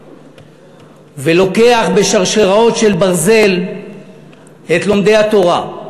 ולוקח בשרשראות של ברזל את לומדי התורה.